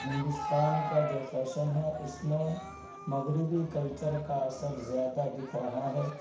ہندوستان کا جو فیشن ہے اس میں مغربی کلچر کا اثر زیادہ دکھ رہا ہے